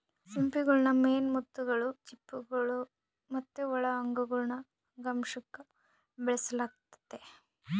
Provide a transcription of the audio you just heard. ಸಿಂಪಿಗುಳ್ನ ಮೇನ್ ಮುತ್ತುಗುಳು, ಚಿಪ್ಪುಗುಳು ಮತ್ತೆ ಒಳ ಅಂಗಗುಳು ಅಂಗಾಂಶುಕ್ಕ ಬೆಳೆಸಲಾಗ್ತತೆ